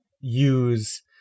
use